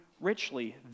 richly